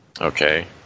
Okay